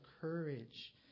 courage